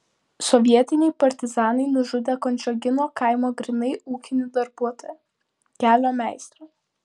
sovietiniai partizanai nužudė kančiogino kaimo grynai ūkinį darbuotoją kelio meistrą